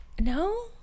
No